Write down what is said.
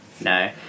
No